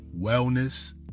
wellness